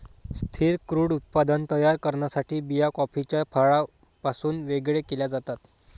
स्थिर क्रूड उत्पादन तयार करण्यासाठी बिया कॉफीच्या फळापासून वेगळे केल्या जातात